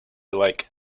like